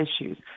issues